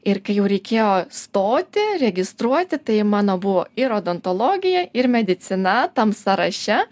ir kai jau reikėjo stoti registruoti tai mano buvo ir odontologija ir medicina tam sąraše